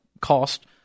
cost